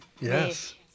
Yes